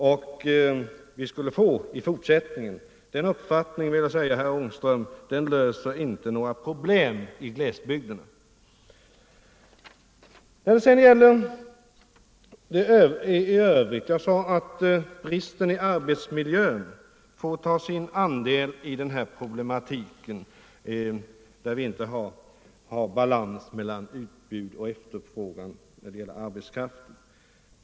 På det sättet löser man verkligen inte glesbygdernas problem. Jag sade att bristerna i arbetsmiljön får ta sin andel av de svårigheter som uppstår när det inte råder balans mellan utbud och efterfrågan på arbetskraft.